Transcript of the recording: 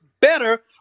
better